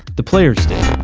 the players did.